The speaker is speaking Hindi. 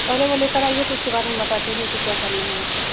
पहले वो ले कर आइए तो उसके बाद हम बताते है कि क्या करना है आपको